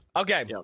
Okay